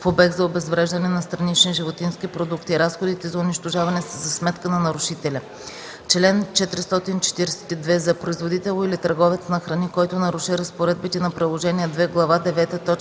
в обект за обезвреждане на странични животински продукти. Разходите за унищожаване са за сметка на нарушителя. Чл. 442з. Производител или търговец на храни, който наруши разпоредбите на Приложение II, Глава